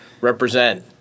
Represent